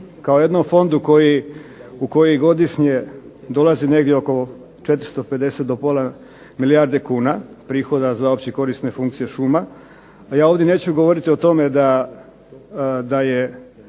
kao jednom fondu u koji godišnje dolazi negdje oko 450 do pola milijarde kuna prihoda za opće korisne funkcije šuma, a ja ovdje neću govoriti o tome da je